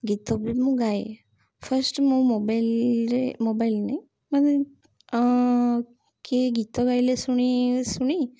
ଗୀତ ବି ମୁଁ ଗାଏ ଫାଷ୍ଟ୍ ମୁଁ ମୋବାଇଲରେ ମୋବାଇଲ୍ ନାହିଁ ମାନେ କିଏ ଗୀତ ଗାଇଲେ ଶୁଣି ଶୁଣି